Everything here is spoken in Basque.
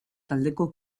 taldeko